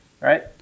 right